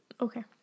Okay